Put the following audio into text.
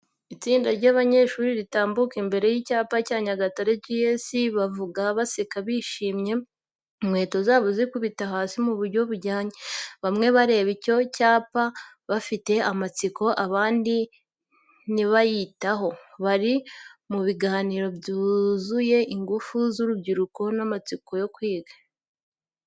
Itsinda ry’abanyeshuri ritambuka imbere y’icyapa cya Nyagatare GS, bavuga, baseka bishimye, inkweto zabo zikubita hasi mu buryo bujyanye. Bamwe bareba icyo cyapa bafite amatsiko, abandi ntibayitaho, bari mu biganiro byuzuye ingufu z’urubyiruko n'amatsiko yo kwiga.